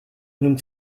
nun